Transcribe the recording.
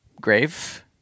grave